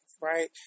right